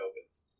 opens